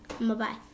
Bye-bye